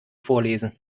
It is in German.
vorlesen